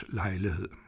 lejlighed